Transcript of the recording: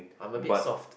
I'm a bit soft